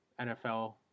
NFL